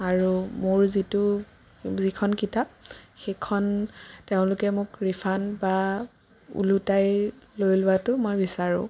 আৰু মোৰ যিটো যিখন কিতাপ সেইখন তেওঁলোকে মোক ৰিফান বা ওলোটাই লৈ লোৱাটো মই বিচাৰোঁ